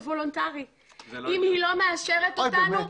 אם היא לא מתקשרת אתנו,